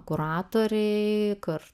kuratoriai į kur